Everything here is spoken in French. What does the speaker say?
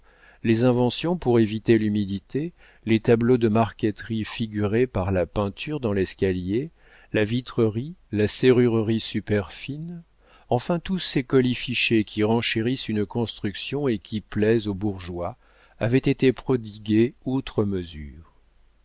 les inventions pour éviter l'humidité les tableaux de marqueterie figurés par la peinture dans l'escalier la vitrerie la serrurerie superfines enfin tous ces colifichets qui renchérissent une construction et qui plaisent aux bourgeois avaient été prodigués outre mesure